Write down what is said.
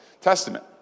Testament